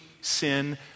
sin